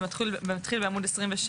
זה מתחיל בעמוד 27,